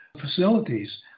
facilities